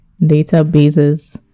databases